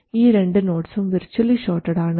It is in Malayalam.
ഈ രണ്ട് നോഡ്സും വിർച്ച്വലി ഷോർട്ടഡ് ആണ്